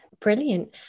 Brilliant